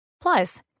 Plus